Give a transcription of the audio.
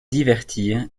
divertir